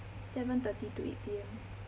seven thirty to eight P_M